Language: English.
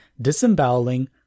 disemboweling